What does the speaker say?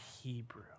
Hebrew